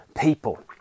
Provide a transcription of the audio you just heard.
people